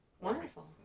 Wonderful